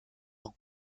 ans